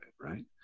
right